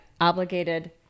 obligated